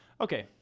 Okay